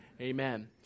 amen